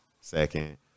Second